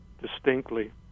distinctly